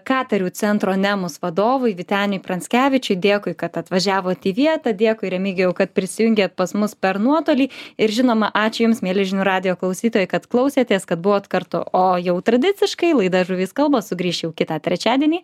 katerių centro nemus vadovui vyteniui pranckevičiui dėkui kad atvažiavot į vietą dėkui remigijui kad prisijungėt pas mus per nuotolį ir žinoma ačiū jums mieli žinių radijo klausytojai kad klausėtės kad buvot kartu o jau tradiciškai laida žuvys kalba sugrįš jau kitą trečiadienį